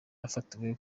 afatiwe